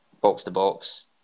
Box-to-box